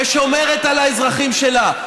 ששומרת על האזרחים שלה.